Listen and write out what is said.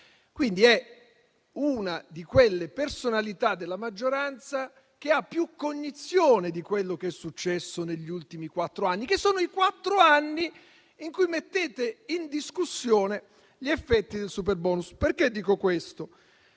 quindi una di quelle personalità della maggioranza che ha più cognizione di quello che è successo negli ultimi quattro anni, che sono i quattro anni che sono quelli in cui mettete in discussione gli effetti del superbonus. Dico questo